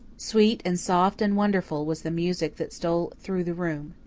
sweet and soft and wonderful was the music that stole through the room.